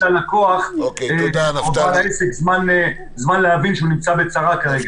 ולוקח לבעל העסק זמן להבין שהוא נמצא בצרה כרגע.